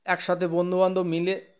একসাথে বন্ধুবান্ধব মিলে